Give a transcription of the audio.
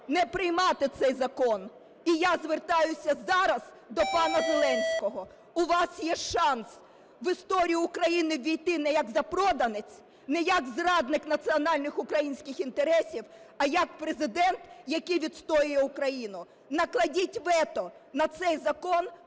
не приймати цей закон. І я звертаюся зараз до пана Зеленського. У вас є шанс в історію України ввійти не як запроданець, не як зрадник національних українських інтересів, а як Президент, який відстоює Україну. Накладіть вето на цей закон